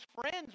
friends